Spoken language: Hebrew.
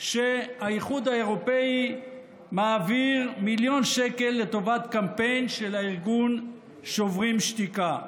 שהאיחוד האירופי מעביר מיליון שקל לטובת קמפיין של הארגון שוברים שתיקה.